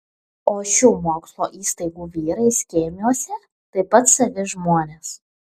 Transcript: o šių mokslo įstaigų vyrai skėmiuose taip pat savi žmonės